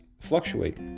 fluctuate